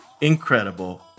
incredible